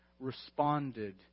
Responded